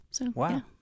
Wow